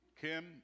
Kim